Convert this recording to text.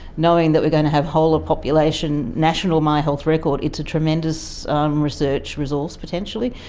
knowing that we're going to have whole-of-population national my health record, it's a tremendous research resource, potentially,